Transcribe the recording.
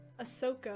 Ahsoka